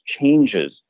changes